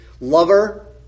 lover